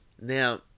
Now